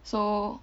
so